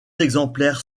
exemplaires